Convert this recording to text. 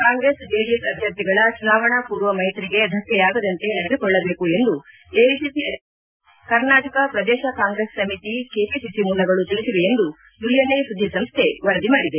Congress JDS ಅಭ್ಯರ್ಥಿಗಳ ಚುನಾವಣಾ ಮೂರ್ವ ಮೈತ್ರಿಗೆ ಧಕ್ಕೆಯಾಗದಂತೆ ನಡೆದುಕೊಳ್ಳಬೇಕು ಎಂದು ಎಐಸಿಸಿ ಅಧ್ವಕ್ಷರು ತಿಳಿಸಿರುವುದಾಗಿ ಕರ್ನಾಟಕ ಪ್ರದೇಶ ಕಾಂಗ್ರೆಸ್ ಸಮಿತಿ ಕೆಪಿಸಿಸಿ ಮೂಲಗಳು ತಿಳಿಸಿವೆ ಎಂದು ಯುಎನ್ಐ ಸುದ್ದಿಸಂಸ್ಥೆ ವರದಿ ಮಾಡಿದೆ